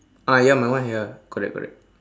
ah ya my one ya correct correct